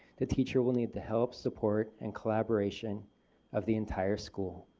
the teacher will need the help, support and collaboration of the entire school.